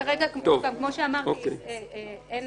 כרגע כמו שאמרתי אין